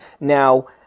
Now